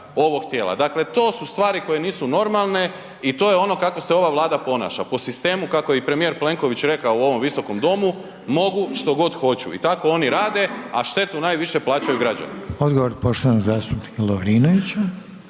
ovog tijela. Dakle, to su stvari koje nisu normalne i to je ono kako se ova Vlada ponaša, po sistemu kako je i premijer Plenković rekao u ovom Visokom domu, mogu što god hoću i tako oni rade, a štetu najviše plaćaju građani. **Reiner, Željko (HDZ)** Odgovor poštovanog zastupnika Lovrinovića.